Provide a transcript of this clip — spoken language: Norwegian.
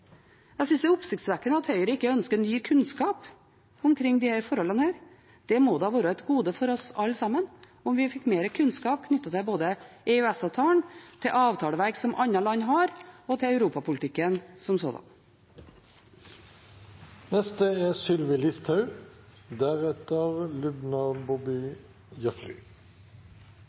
Jeg synes det er oppsiktsvekkende at Høyre ikke ønsker ny kunnskap omkring disse forholdene. Det måtte da være et gode for oss alle sammen om vi fikk mer kunnskap knyttet til både EØS-avtalen, til avtaleverk som andre land har, og til europapolitikken som